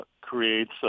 creates